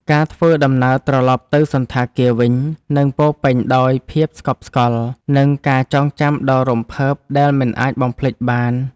ការធ្វើដំណើរត្រឡប់ទៅសណ្ឋាគារវិញនឹងពោរពេញដោយភាពស្កប់ស្កល់ និងការចងចាំដ៏រំភើបដែលមិនអាចបំភ្លេចបាន។